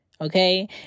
okay